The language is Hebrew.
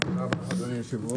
הישיבה